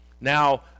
Now